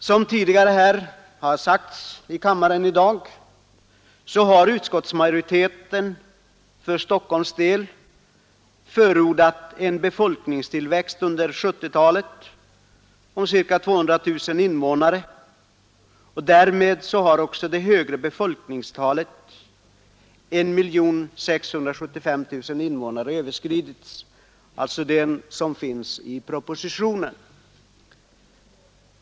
Som det har sagts tidigare i dag har utskottsmajoriteten för Stockholms del förordat en befolkningstillväxt under 1970-talet om ca 200 000 invånare, och därmed har också det högre befolkningstalet i propositionen, 1 675 000 invånare, överskridits.